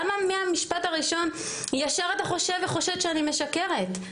למה מהמשפט הראשון ישר אתה חושב וחושד שאני משקרת?